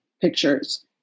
pictures